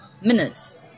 minutes